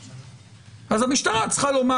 אז המשטרה צריכה לומר,